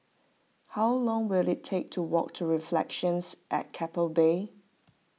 how long will it take to walk to Reflections at Keppel Bay